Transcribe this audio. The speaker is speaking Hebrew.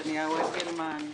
את מתניהו אנגלמן,